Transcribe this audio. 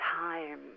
time